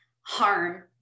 harm